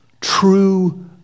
true